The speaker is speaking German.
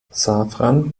safran